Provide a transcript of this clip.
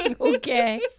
Okay